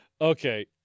Okay